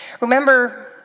Remember